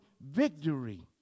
victory